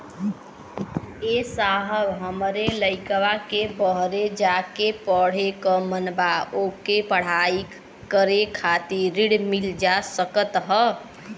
ए साहब हमरे लईकवा के बहरे जाके पढ़े क मन बा ओके पढ़ाई करे खातिर ऋण मिल जा सकत ह?